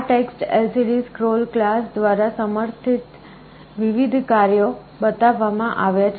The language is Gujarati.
આ TextLCDScroll ક્લાસ દ્વારા સમર્થિત વિવિધ કાર્યો બતાવવામાં આવ્યા છે